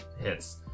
hits